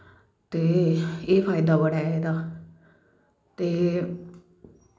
ते एह् फायदा बड़ा ऐ एह्दा ते